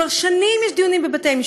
כבר שנים יש דיונים בבתי-משפט,